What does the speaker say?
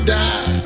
die